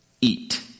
Eat